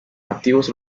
nativos